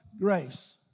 grace